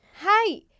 Hi